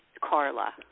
carla